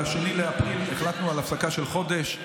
ב-2 באפריל החלטנו על הפסקה של חודש.